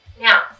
Now